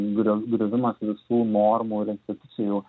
griov griovimas visų normų ir institucijų